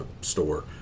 store